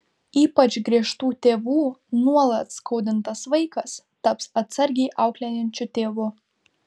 ypač griežtų tėvų nuolat skaudintas vaikas taps atsargiai auklėjančiu tėvu